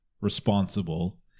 responsible